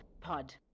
Pod